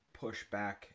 pushback